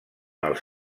els